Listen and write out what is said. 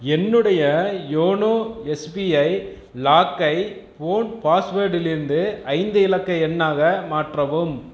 என்னுடைய YONO SBI லாக்கை phone பாஸ்வேடிலிருந்து ஐந்து இலக்க எண்ணாக மாற்றவும்